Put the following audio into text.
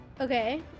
okay